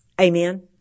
Amen